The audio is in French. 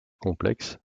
complexes